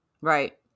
Right